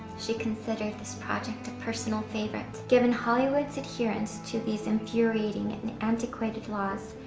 she considered this project of personal favorites given hollywood's adherence to these infuriating and antiquated laws,